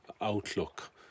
outlook